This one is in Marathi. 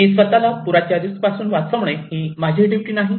मी स्वतःला पुराच्या रिस्क पासून वाचवणे ही माझी ड्युटी नाही